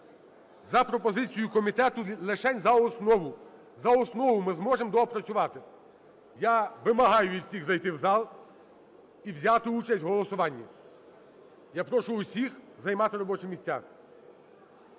за пропозицією комітету лишень за основу. За основу, ми зможемо доопрацювати. Я вимагаю від усіх зайти в зал і взяти участь у голосуванні. Я прошу всіх займати робочі місця.